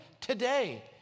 today